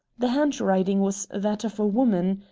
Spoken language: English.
the handwriting was that of a woman.